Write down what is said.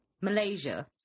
Malaysia